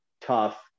tough